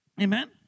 Amen